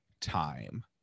time